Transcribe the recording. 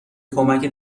کمکت